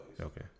Okay